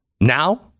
Now